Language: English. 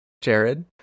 Jared